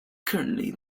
currently